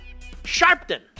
Sharpton